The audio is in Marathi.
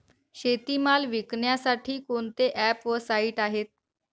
शेतीमाल विकण्यासाठी कोणते ॲप व साईट आहेत?